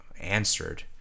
answered